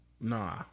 Nah